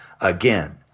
again